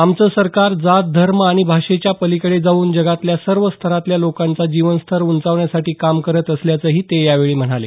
आमचं सरकार जात धर्म आणि भाषेच्या पलिकडे जाऊन समाजातल्या सर्व स्तरातल्या लोकांचा जीवनस्तर उंचावण्यासाठी काम करत असल्याचंही ते यावेळी म्हणाले